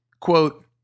Quote